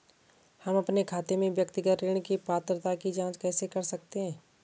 हम अपने खाते में व्यक्तिगत ऋण की पात्रता की जांच कैसे कर सकते हैं?